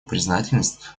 признательность